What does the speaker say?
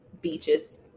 Beaches